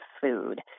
food